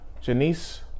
Janice